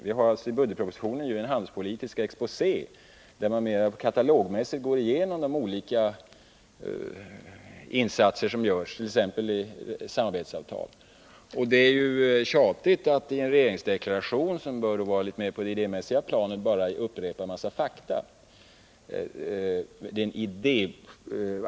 Vi har alltså där gjort en handelspolitisk exposé, där vi mera katalogmässigt går igenom de olika insatser som görs, t.ex. i fråga om samarbetsavtal. Det vore ju tjatigt att i en regeringsdeklaration, som bör ligga mera på det idémässiga planet, upprepa en mängd fakta.